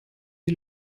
die